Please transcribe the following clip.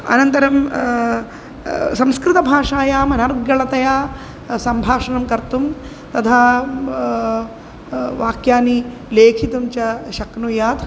अनन्तरं संस्कृतभाषायाम् अनर्गणतया सम्भाषणं कर्तुं तथा वाक्यानि लेखितुं च शक्नुयात्